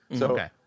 Okay